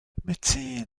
médecine